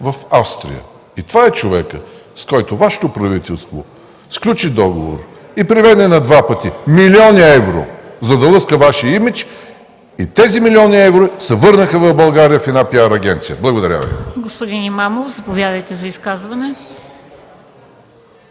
в Австрия. Това е човекът, с който Вашето правителство сключи договор и преведе на два пъти милиони евро, за да лъска Вашия имидж. Тези милиони евро се върнаха в България в една PR агенция. Благодаря Ви. ПРЕДСЕДАТЕЛ МЕНДА СТОЯНОВА: Господин Имамов, заповядайте за изказване.